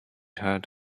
had